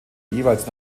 jeweils